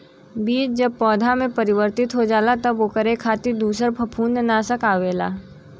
बीज जब पौधा में परिवर्तित हो जाला तब ओकरे खातिर दूसर फंफूदनाशक आवेला